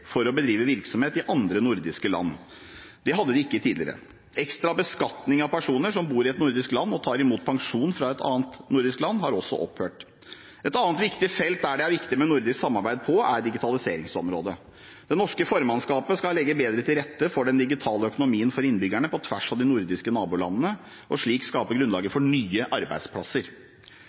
for å bedrive virksomhet i andre nordiske land. Det hadde de ikke tidligere. Ekstra beskatning av personer som bor i et nordisk land og tar imot pensjon fra et annet nordisk land, har også opphørt. Et annet viktig felt der det er viktig med nordisk samarbeid, er digitaliseringsområdet. Det norske formannskapet skal legge bedre til rette for den digitale økonomien til innbyggerne, på tvers av de nordiske nabolandene, og slik skape grunnlaget for nye arbeidsplasser.